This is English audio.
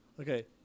Okay